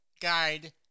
Guide